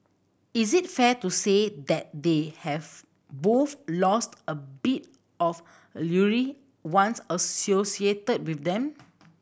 is it fair to say that they have both lost a bit of once associated with them